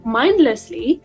mindlessly